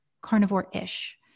carnivore-ish